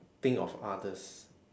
think of others